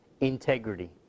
integrity